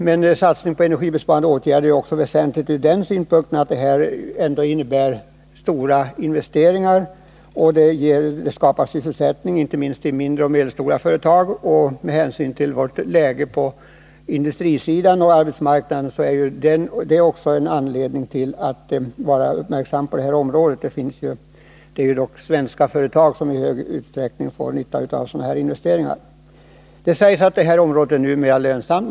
Men satsningen på energibesparande åtgärder är väsentlig också ur andra synpunkter: Den innebär stora investeringar och skapar sysselsättning, inte minst i mindre och medelstora företag. Med hänsyn till vårt läge på industrisidan och arbetsmarknaden finns det anledning att vara uppmärksam på detta område. Det är ju svenska företag som i stor utsträckning får nytta av sådana här investeringar. Det sägs att investeringar för energibesparing numera ofta är lönsamma.